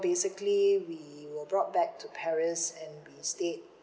basically we were brought back to paris and we stayed